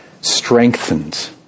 strengthened